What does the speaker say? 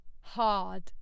hard